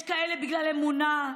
יש כאלה בגלל אמונה,